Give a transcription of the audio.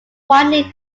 widely